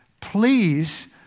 Please